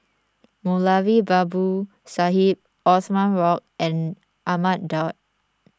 Moulavi Babu Sahib Othman Wok and Ahmad Daud